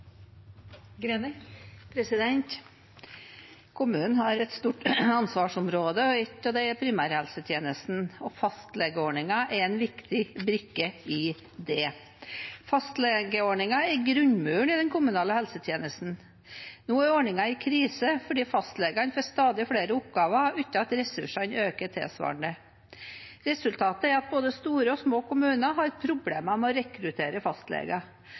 primærhelsetjenesten. Fastlegeordningen er en viktig brikke i det. Fastlegeordningen er grunnmuren i den kommunale helsetjenesten. Nå er ordningen i krise fordi fastlegene får stadig flere oppgaver uten at ressursene øker tilsvarende. Resultatet er at både store og små kommuner har problemer med å rekruttere